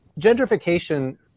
gentrification